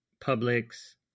public's